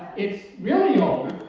it's really old.